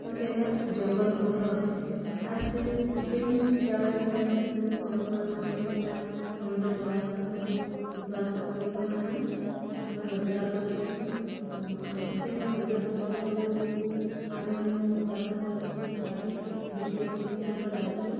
ତ କେନେ ଜଙ୍ଗଲ ମଧ୍ୟ ଅଛେ ଆର୍ ସେ ଯେନ୍ ଜାଗାରେ ଖଣି ଅଛେ ସେନୁ ଖଣି ଖୋଦନ କରିକିନା ଖଣିଜ ପଦାର୍ଥ ସବୁ ଉତ୍ପାଦନ କରିକିନା ଆମେ ଆମର ରୋଜଗାର କରିଥିସୁଁ ଯେନ୍ ଖଣିଜ ସମ୍ପଦ ସବୁ ଆମେ ସେନୁ ଉତ୍ପାଦନ କରିଥିସୁଁ ସେଟାକେ ବିକ୍ରି କରିକି ଆମ ରାଜ୍ୟ